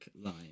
line